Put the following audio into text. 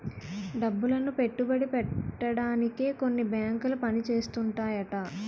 డబ్బులను పెట్టుబడి పెట్టడానికే కొన్ని బేంకులు పని చేస్తుంటాయట